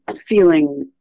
feeling